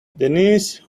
denise